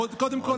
קודם כול,